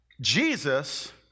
Jesus